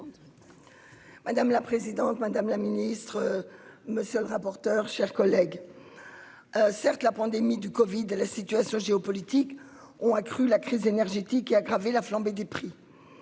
Madame la présidente, madame la ministre. Monsieur le rapporteur, chers collègues. Certes, la pandémie du Covid. La situation géopolitique, on a cru la crise énergétique qui a aggravé la flambée des prix.